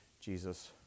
Jesus